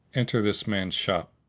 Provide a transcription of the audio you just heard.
enter this man's shop.